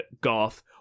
Garth